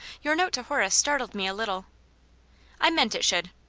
your note to horace startled me a little i meant it should.